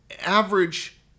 average